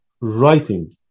writing